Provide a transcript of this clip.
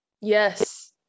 yes